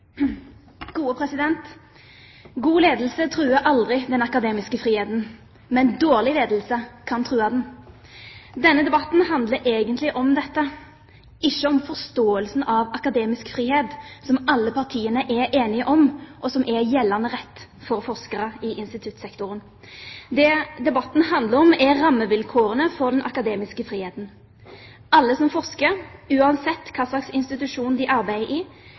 God ledelse truer aldri den akademiske friheten – dårlig ledelse kan true den. Denne debatten handler egentlig om dette – ikke om forståelsen av akademisk frihet, som alle partiene er enige om, og som er gjeldende rett for forskere i instituttsektoren. Det debatten handler om, er rammevilkårene for den akademiske friheten. Alle som forsker, uansett hva slags institusjon de arbeider i,